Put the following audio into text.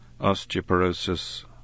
osteoporosis